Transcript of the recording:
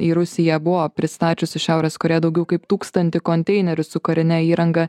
į rusiją buvo pristačiusi šiaurės korėja daugiau kaip tūkstantį konteinerių su karine įranga